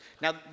Now